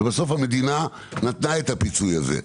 בסוף המדינה נתנה את הפיצוי הזה.